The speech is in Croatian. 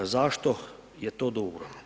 Zašto je to dobro?